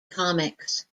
comics